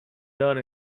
done